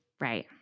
Right